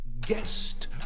guest